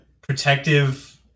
protective